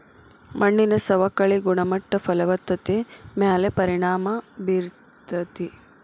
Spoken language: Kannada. ಮಣ್ಣಿನ ಸವಕಳಿ ಗುಣಮಟ್ಟ ಫಲವತ್ತತೆ ಮ್ಯಾಲ ಪರಿಣಾಮಾ ಬೇರತತಿ